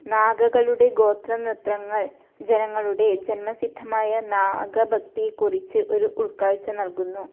നാഗങ്ങളുടെ ഗോത്ര നിത്രങ്ങൾ ജനങ്ങളുടെ ജന്മ സിദ്ധമായ നാഗ ഭക്തിയെക്കുറിച്ച് ഒരു ഉൾക്കാഴ്ച നൽകുന്നു